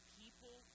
people